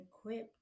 equip